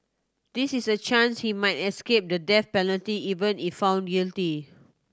this is a chance he might escape the death penalty even if found guilty